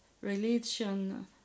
religion